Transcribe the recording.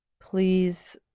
please